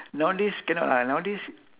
nowadays cannot lah nowadays